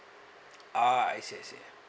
ah I see I see